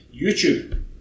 YouTube